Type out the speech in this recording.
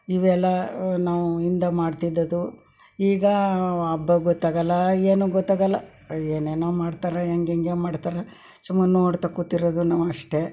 ಇವೆಲ್ಲ ನಾವು ಇಂದ ಮಾಡ್ತಿದ್ದದ್ದು ಈಗ ಹಬ್ಬ ಗೊತ್ತಾಗಲ್ಲ ಏನೂ ಗೊತ್ತಾಗಲ್ಲ ಏನೇನೋ ಮಾಡ್ತಾರೆ ಹೆಂಗೆಂಗೋ ಮಾಡ್ತಾರೆ ಸುಮ್ನೆ ನೋಡ್ತಾ ಕೂತಿರೋದು ನಾವು ಅಷ್ಟೇ